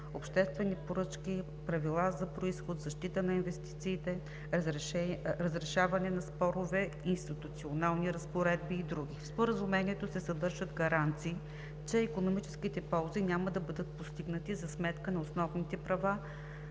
обществени поръчки, правила за произход, защита на инвестициите, разрешаване на спорове, институционални разпоредби и други. В Споразумението се съдържат гаранции, че икономическите ползи няма да бъдат постигнати за сметка на основните права,